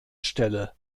stelle